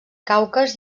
caucas